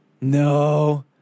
no